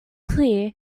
clear